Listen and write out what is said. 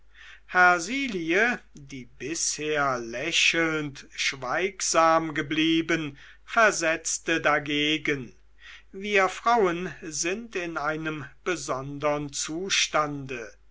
die bisher lächelnd schweigsam geblieben versetzte dagegen wir frauen sind in einem besondern zustande